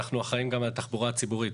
אנחנו אחראים גם על התחבורה הציבורית.